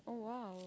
oh !wow!